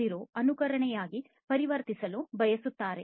0 ಅನುಸರಣೆಯಾಗಿ ಪರಿವರ್ತಿಸಲು ಬಯಸುತ್ತಾರೆ